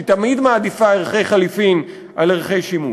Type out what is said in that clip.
היא תמיד מעדיפה ערכי חליפין על ערכי שימוש.